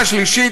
השלישי,